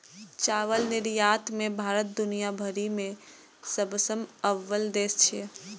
चावल निर्यात मे भारत दुनिया भरि मे सबसं अव्वल देश छियै